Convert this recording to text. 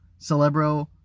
Celebro